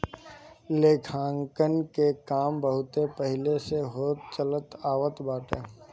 लेखांकन के काम बहुते पहिले से होत चलत आवत बाटे